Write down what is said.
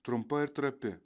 trumpa ir trapi